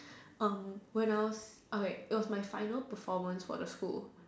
when I was okay it was my finally performance for the school